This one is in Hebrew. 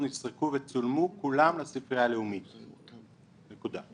נסרקו וצולמו כולם לספרייה הלאומית, נקודה.